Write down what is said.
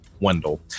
Wendell